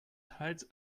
teils